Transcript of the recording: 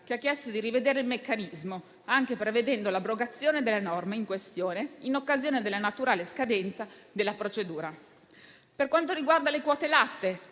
che ha chiesto di rivedere il meccanismo, anche prevedendo l'abrogazione delle norme in questione in occasione della naturale scadenza della procedura. Per quanto riguarda le quote latte,